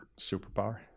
Superpower